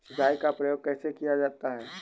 सिंचाई का प्रयोग कैसे किया जाता है?